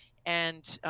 and,